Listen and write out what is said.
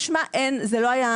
משמע זה לא השפיע.